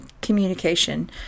communication